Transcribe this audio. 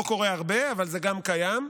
לא קורה הרבה, אבל גם זה קיים.